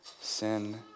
sin